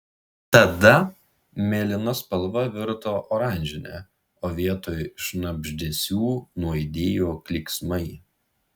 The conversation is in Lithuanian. tada mėlyna spalva virto oranžine o vietoj šnabždesių nuaidėjo klyksmai